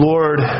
Lord